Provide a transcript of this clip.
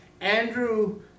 Andrew